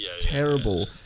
terrible